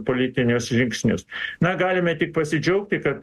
politinius žingsnius na galime tik pasidžiaugti kad